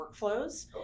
workflows